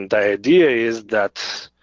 and idea is that